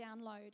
download